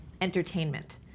entertainment